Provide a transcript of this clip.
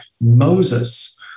Moses